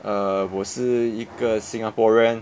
err 我是一个 singaporean